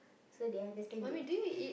so they understand they